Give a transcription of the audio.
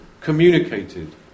communicated